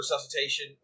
resuscitation